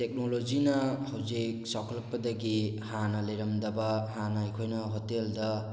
ꯇꯦꯛꯅꯣꯂꯣꯖꯤꯅ ꯍꯧꯖꯤꯛ ꯆꯥꯎꯈꯠꯂꯛꯄꯗꯒꯤ ꯍꯥꯟꯅ ꯂꯩꯔꯝꯗꯕ ꯍꯥꯟꯅ ꯑꯩꯈꯣꯏꯅ ꯍꯣꯇꯦꯜꯗ